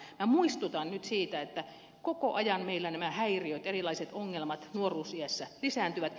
minä muistutan nyt siitä että koko ajan meillä nämä häiriöt erilaiset ongelmat nuoruusiässä lisääntyvät